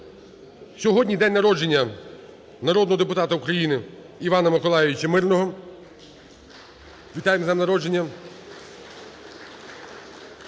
Сьогодні день народження народного депутата України Івана Миколайовича Мирного. Вітаємо з днем народження!